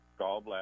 gallbladder